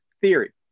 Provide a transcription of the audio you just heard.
theory